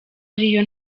ariyo